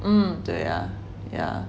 嗯对啊 yeah